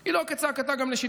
היא לא כצעקתה גם לשיטתכם.